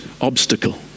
obstacle